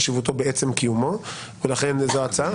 חשיבותו בעצם קיומו ולכן זו ההצעה.